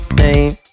name